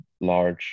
large